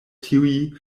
tiuj